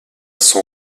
son